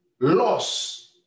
loss